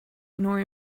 nor